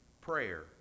prayer